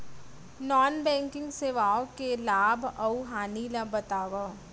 non banking सेवाओं के लाभ अऊ हानि ला बतावव